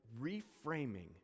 reframing